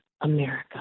America